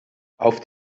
auf